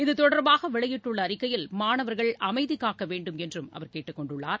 இத்தொடர்பாக வெளியிட்டுள்ள அறிக்கையில் மாணவர்கள் அமைதி காக்க வேண்டும் என்றும் கேட்டுக் கொண்டுள்ளார்